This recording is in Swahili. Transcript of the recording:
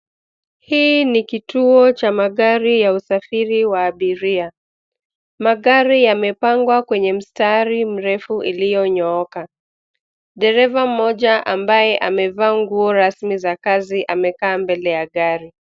Hii ni kituo cha magari ya usafiri wa abiria. Magari yamepangwa kwenye mstari mrefu iliyonyooka. Dereva mmoja ambaye amevaa nguo rasmi za kazi amekaa mbele ya gari.